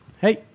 Hey